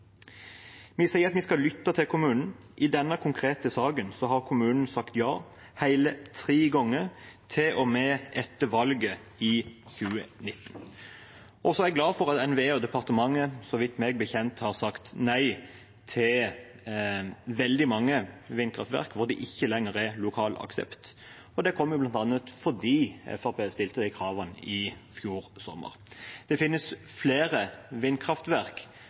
Vi sier at vi skal lytte til kommunen. I denne konkrete saken har kommunen sagt ja hele tre ganger, til og med etter valget i 2019. Så er jeg glad for at NVE og departementet meg bekjent har sagt nei til veldig mange vindkraftverk hvor det ikke lenger er lokal aksept, og det kommer bl.a. fordi Fremskrittspartiet stilte de kravene i fjor sommer. Det finnes flere vindkraftverk